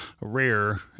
rare